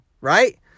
right